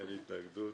אין התנגדות.